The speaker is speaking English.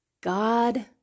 God